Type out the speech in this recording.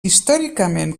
històricament